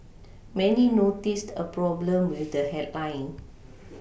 many noticed a problem with the headline